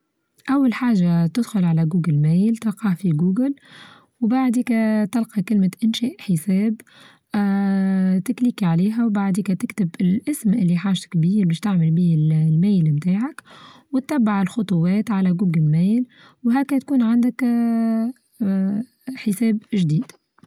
أول حاچة تدخل على جوجل مايل تقع في جوجل وبعديكا تلقى كلمة إنشاء حساب آآ تكليكي عليها وبعديكا تكتب الأسم اللي حاچتك بيه باش تعمل به المايل بتاعك وتبع الخطوات على جوجل مايل وهكذا تكون عندك آآ آآ حساب چديد.